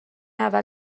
اول